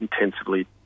intensively